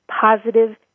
positive